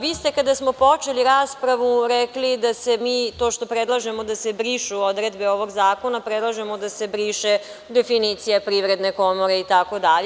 Vi ste, kada smo počeli raspravu rekli da se mi, to što predlažemo da se brišu odredbe ovog zakona, predlažemo da se briše definicija PK itd.